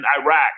Iraq